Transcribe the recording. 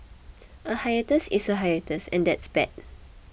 a hiatus is a hiatus and that's bad